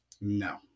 no